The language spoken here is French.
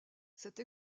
cette